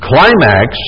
climax